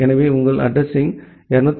எனவே உங்கள் அட்ரஸிங் 254